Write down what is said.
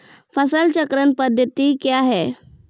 फसल चक्रण पद्धति क्या हैं?